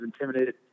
intimidated